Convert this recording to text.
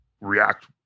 react